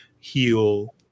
Heal